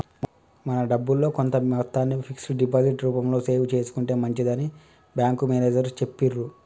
మన డబ్బుల్లో కొంత మొత్తాన్ని ఫిక్స్డ్ డిపాజిట్ రూపంలో సేవ్ చేసుకుంటే మంచిదని బ్యాంకు మేనేజరు చెప్పిర్రు